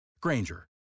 Granger